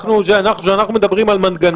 אנחנו בדיוק מדברים על מנגנונים